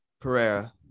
Pereira